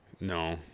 No